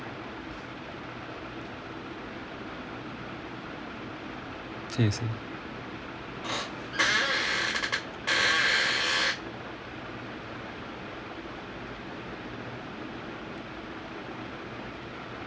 same